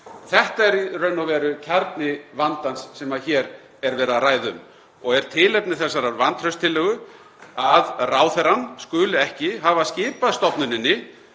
Þetta er í raun og veru kjarni vandans sem hér er verið að ræða um og er tilefni þessarar vantrauststillögu, að ráðherrann skuli ekki hafa skipað stofnuninni